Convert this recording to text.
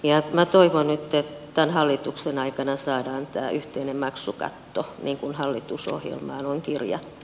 minä toivon nyt että tämän hallituksen aikana saadaan tämä yhtenäinen maksukatto niin kuin hallitusohjelmaan on kirjattu